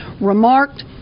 remarked